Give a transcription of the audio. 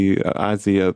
į aziją